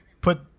put